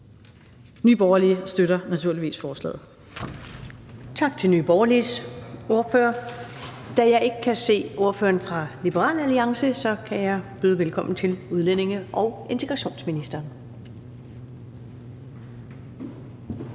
14:41 Første næstformand (Karen Ellemann): Tak til Nye Borgerliges ordfører. Da jeg ikke kan se ordføreren for Liberal Alliance, kan jeg byde velkommen til udlændinge- og integrationsministeren.